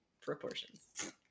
proportions